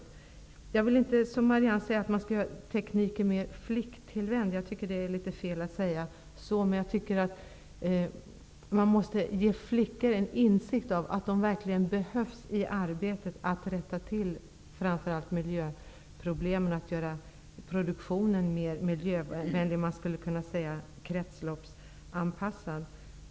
Marianne Andersson säger att man bör göra tekniken mer flicktillvänd. Jag tycker det är fel att säga så. Men man måste ge flickorna en insikt om att de verkligen behövs i arbetet att rätta till framför allt miljöproblemen, dvs. att göra produktionen kretsloppsanpassad.